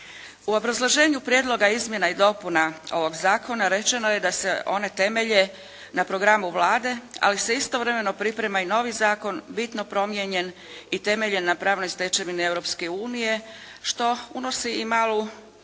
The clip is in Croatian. U obrazloženju prijedloga izmjena i dopuna ovog zakona rečeno je da se one temelje na programu Vlade, ali se istovremeno priprema i novi zakon bitno promijenjen i temeljen na pravnoj stečevini Europske unije, što unosi i malu